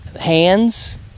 hands